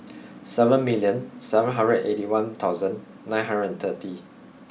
seven million seven hundred eighty one thousand nine hundred and thirty